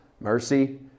mercy